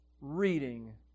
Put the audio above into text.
reading